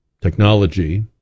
technology